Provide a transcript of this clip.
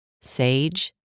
Sage